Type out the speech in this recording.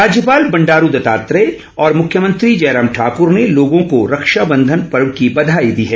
राज्यपाल बंडारू दत्तात्रेय और मुख्यमंत्री जयराम ठाकुर ने लोगों को रक्षाबंधन पर्व की बधाई दी है